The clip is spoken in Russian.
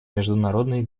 международной